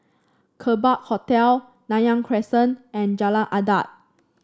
Kerbau Hotel Nanyang Crescent and Jalan Adat